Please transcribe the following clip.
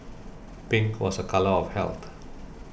pink was a colour of health